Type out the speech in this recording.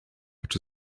oczy